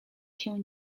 się